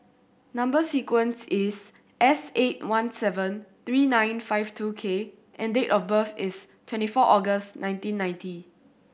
number sequence is S eight one seven three nine five two K and date of birth is twenty four August nineteen ninety